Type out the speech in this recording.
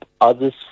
others